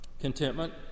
contentment